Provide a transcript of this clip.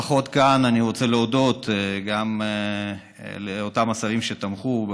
כאן אני רוצה להודות לאותם השרים שתמכו,